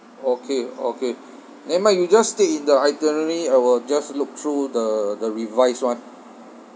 okay okay never mind you just state in the itinerary I will just look through the the revised one